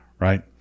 right